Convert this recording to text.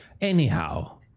Anyhow